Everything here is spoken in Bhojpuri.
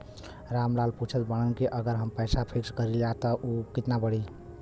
राम लाल पूछत बड़न की अगर हम पैसा फिक्स करीला त ऊ कितना बड़ी?